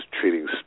treating